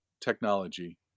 technology